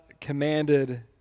commanded